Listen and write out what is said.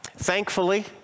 thankfully